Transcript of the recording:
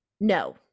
no